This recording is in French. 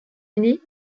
unis